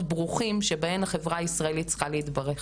ברוכים שבהם החברה הישראלית צריכה להתברך,